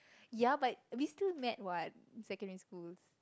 ya but we still met what secondary school